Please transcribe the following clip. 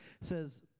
says